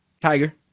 Tiger